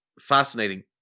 Fascinating